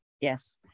Yes